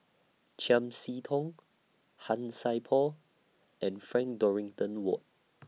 Chiam See Tong Han Sai Por and Frank Dorrington Ward